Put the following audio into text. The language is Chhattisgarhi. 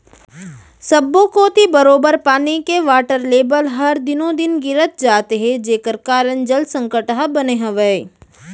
सब्बो कोती बरोबर पानी के वाटर लेबल हर दिनों दिन गिरत जात हे जेकर कारन जल संकट ह बने हावय